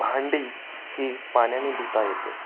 भांडी ही पाण्याने धुता येते